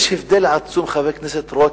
יש הבדל עצום, חבר הכנסת רותם,